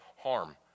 harm